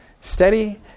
steady